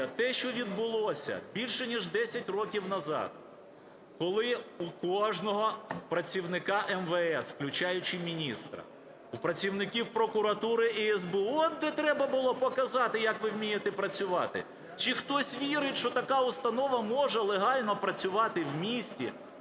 те, що відбулося більше ніж 10 років назад, коли у кожного працівника МВС, включаючи міністра, у працівників прокуратури і СБУ, от де треба було показати, як ви вмієте працювати. Чи хтось вірить, що така установа може легально працювати в місті,